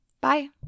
Bye